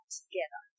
together